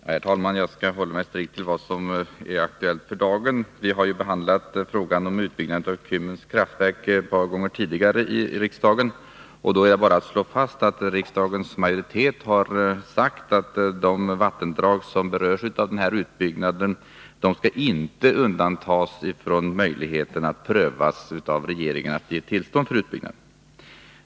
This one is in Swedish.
Herr talman! Jag skall hålla mig strikt till vad som är aktuellt för dagen. Vi har behandlat frågan om utbyggnad av Kymmens kraftverk ett par gånger tidigare i riksdagen, och det är bara att slå fast att riksdagens majoritet har sagt att de vattendrag som berörs av den här utbyggnaden inte skall undantas från möjligheten att prövas av regeringen när det gäller tillstånd till utbyggnad.